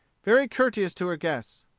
very courteous to her guests.